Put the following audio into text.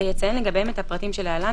ויציין לגביהם את הפרטים שלהלן,